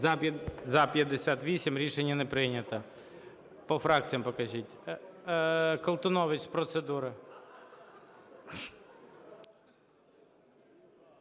За-58 Рішення не прийнято. По фракціях покажіть. Колтунович – з процедури.